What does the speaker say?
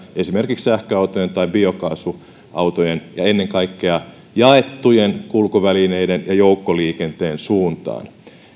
esimerkiksi sähköautojen tai biokaasuautojen ja ennen kaikkea jaettujen kulkuvälineiden ja joukkoliikenteen suuntaan